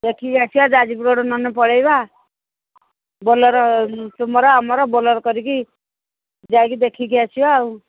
ଦେଖିକି ଆସିବା ଯାଜପୁର ରୋଡ୍ ନହେଲେ ପଳେଇବା ବୋଲେରୋ ତୁମର ଆମର ବୋଲେରୋ କରିକି ଯାଇକି ଦେଖିକି ଆସିବା ଆଉ